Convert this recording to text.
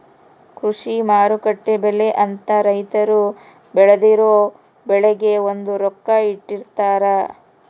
ಕೃಷಿ ಮಾರುಕಟ್ಟೆ ಬೆಲೆ ಅಂತ ರೈತರು ಬೆಳ್ದಿರೊ ಬೆಳೆಗೆ ಒಂದು ರೊಕ್ಕ ಇಟ್ಟಿರ್ತಾರ